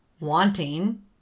wanting